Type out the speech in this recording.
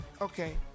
Okay